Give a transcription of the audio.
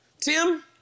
Tim